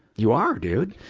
you are, dude!